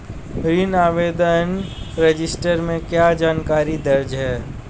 ऋण आवेदन रजिस्टर में क्या जानकारी दर्ज है?